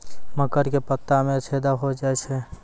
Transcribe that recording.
मकर के पत्ता मां छेदा हो जाए छै?